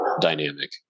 dynamic